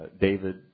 David